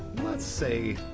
let's say,